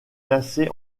classé